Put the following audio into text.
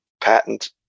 patent